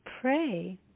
pray